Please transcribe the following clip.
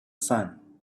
sun